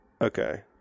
okay